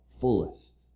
fullest